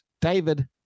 David